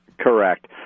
Correct